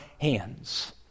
hands